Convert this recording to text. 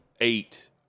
eight